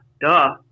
duh